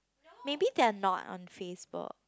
maybe they are not on Facebook